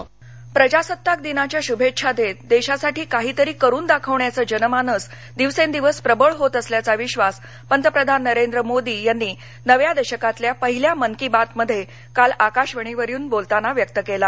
मन की बात प्रजासत्ताक दिनाच्या शुभेच्छा देत देशासाठी काहीतरी करून दाखवण्याचं जनमानस दिवसेंदिवस प्रबळ होत असल्याचा विश्वास पंतप्रधान नरेंद्र मोदी यांनी नव्या दशकातील पहिल्या मन की बातमध्ये काल आकाशवाणीवरुन बोलताना व्यक्त केला